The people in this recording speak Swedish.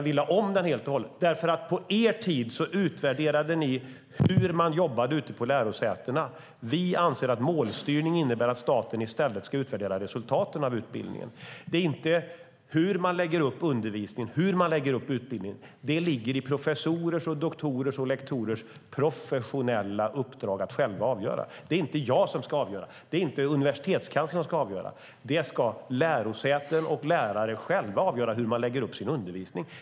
Vi lade om den helt och hållet, därför att ni på er tid utvärderade hur man jobbade ute på lärosätena. Vi anser att målstyrning innebär att staten i stället ska utvärdera resultaten av utbildningen, inte hur man lägger upp undervisningen och utbildningen. Det ligger i professorers, doktorers och lektorers professionella uppdrag att själva avgöra. Det är inte jag som ska avgöra. Det är inte Universitetskanslern som ska avgöra. Det är lärosäten och lärare själva som ska avgöra hur man lägger upp sin undervisning.